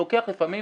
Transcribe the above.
לוקח לפעמים